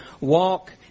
walk